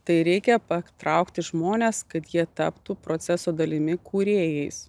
tai reikia patraukti žmones kad jie taptų proceso dalimi kūrėjais